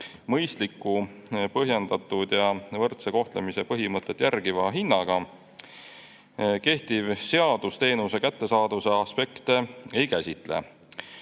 mõistliku, põhjendatud ja võrdse kohtlemise põhimõtet järgiva hinnaga. Kehtiv seadus teenuse kättesaadavuse aspekte ei käsitle.